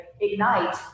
Ignite